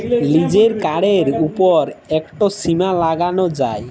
লিজের কাড়ের উপর ইকট সীমা লাগালো যায়